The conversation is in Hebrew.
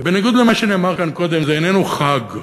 ובניגוד למה שנאמר כאן קודם, זה איננו חג,